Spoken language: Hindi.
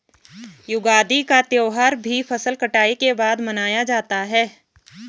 युगादि का त्यौहार भी फसल कटाई के बाद मनाया जाता है